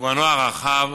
במובנו הרחב,